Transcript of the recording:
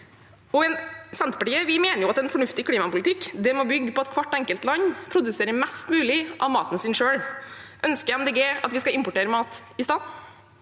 Senterpartiet mener at en fornuftig klimapolitikk må bygge på at hvert enkelt land produserer mest mulig av maten sin selv. Ønsker Miljøpartiet De Grønne at vi skal importere maten i stedet?